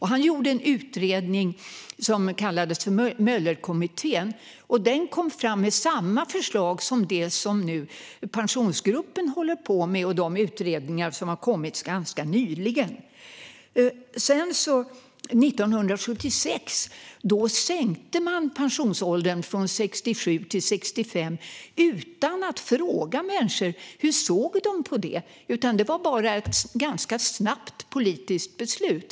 Han gjorde en utredning som kallades Möllerkommittén, och den kom fram med samma förslag som Pensionsgruppen nu håller på med och som de utredningar som har kommit ganska nyligen har. År 1976 sänkte man pensionsåldern från 67 till 65 utan att fråga människor hur de såg på det. Det var ett ganska snabbt politiskt beslut.